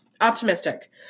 optimistic